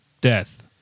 death